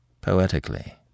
Poetically